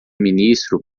ministro